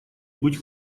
быть